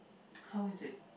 how is it